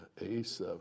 Ace